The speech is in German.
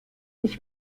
ich